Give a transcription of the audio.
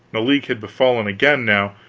the leak had befallen again now,